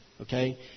Okay